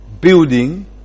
building